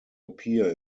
appear